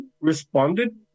responded